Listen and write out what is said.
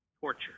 torture